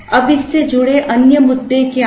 अब इससे जुड़े अन्य मुद्दे क्या हैं